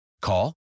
Call